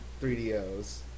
3DOs